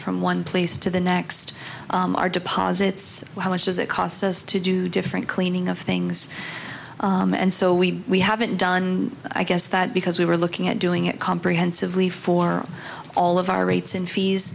from one place to the next our deposits how much does it cost us to do different cleaning of things and so we we haven't done i guess that because we were looking at doing it comprehensively for all of our rates and fees